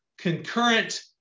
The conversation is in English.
concurrent